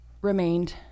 remained